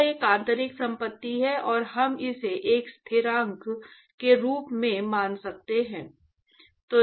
यह एक आंतरिक संपत्ति है और हम इसे एक स्थिरांक के रूप में भी मान सकते हैं